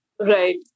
Right